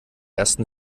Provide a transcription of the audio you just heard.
ersten